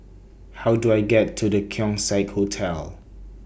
How Do I get to The Keong Saik Hotel